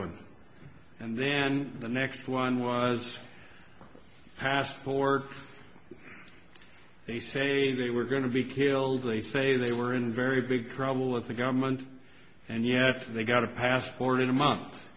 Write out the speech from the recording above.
one and then the next one was a passport they say they were going to be killed they say they were in very big trouble with the government and yet they got a passport in a month